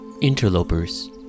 interlopers